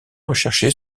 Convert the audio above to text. recherché